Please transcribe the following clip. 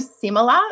similar